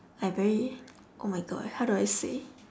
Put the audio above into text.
like very oh my god how do I say